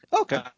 Okay